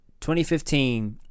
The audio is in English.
2015